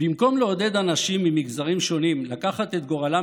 במקום לעודד אנשים ממגזרים שונים לקחת את גורלם